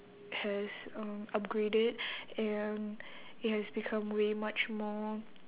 has um upgraded and it has become way much more